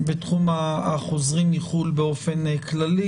בתחום החוזרים מחו"ל באופן כללי?